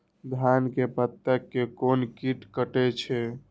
धान के पत्ता के कोन कीट कटे छे?